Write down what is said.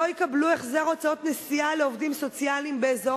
לא יקבלו החזר הוצאות נסיעה לעובדים סוציאליים באזור